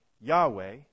Yahweh